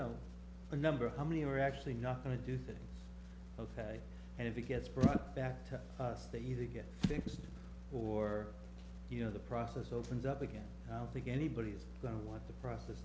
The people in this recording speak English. know a number of how many are actually not going to do that ok and if it gets brought back to us they either get fixed or you know the process opens up again i don't think anybody's going to want the process